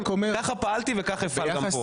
כך פעלתי וכך אפעל גם כאן.